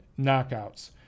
knockouts